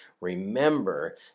Remember